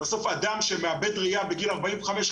בסוף אדם שמאבד ראיה בגיל ארבעים וחמש,